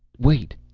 wait.